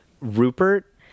rupert